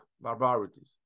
barbarities